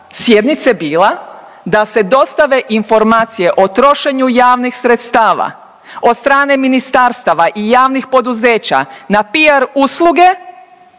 sjednice bila da se dostave informacije o trošenju javnih sredstava od strane ministarstava i javnih poduzeća na PR usluge,